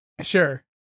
Sure